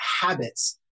habits